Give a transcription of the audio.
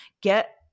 get